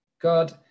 God